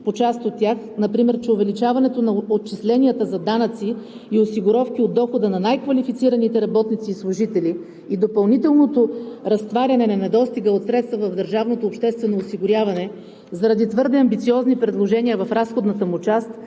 по част от тях. Например, че увеличаването на отчисленията за данъци и осигуровки от дохода на най-квалифицираните работници и служители и допълнителното разтваряне на недостига от средства в държавното обществено осигуряване заради твърде амбициозни предложения в разходната му част,